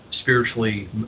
spiritually